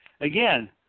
again